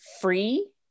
free